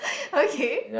okay